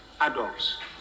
adults